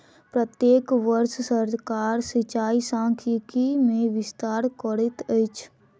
प्रत्येक वर्ष सरकार सिचाई सांख्यिकी मे विस्तार करैत अछि